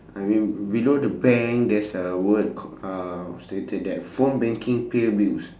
I mean below the bank there's a word uh stated that phone banking pay bills